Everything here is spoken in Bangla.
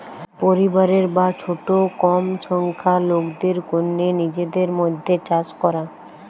পরিবারের বা ছোট কম সংখ্যার লোকদের কন্যে নিজেদের মধ্যে চাষ করা